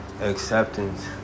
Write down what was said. acceptance